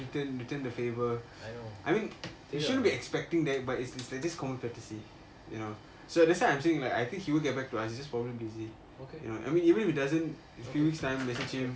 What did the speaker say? I know okay lah okay